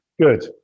Good